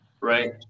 Right